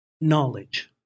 knowledge